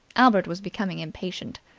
albert was becoming impatient.